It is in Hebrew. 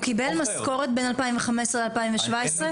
הוא קיבל משכורת בין שנת 2015 לשנת 2017?